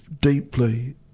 deeply